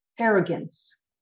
Arrogance